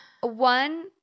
One